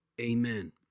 Amen